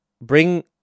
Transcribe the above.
bring